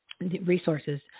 resources